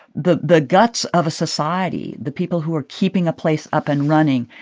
the the guts of a society, the people who are keeping a place up and running.